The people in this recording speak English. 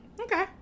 Okay